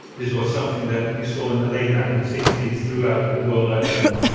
this was something that we saw in the late nineteen sixty s throughout the world i think.